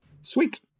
Sweet